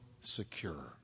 secure